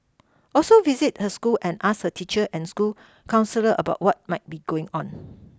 also visit her school and ask her teacher and school counsellor about what might be going on